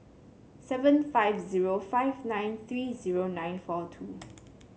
seven five zero five nine three zero nine four two